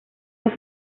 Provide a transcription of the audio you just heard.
los